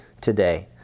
today